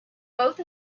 both